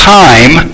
time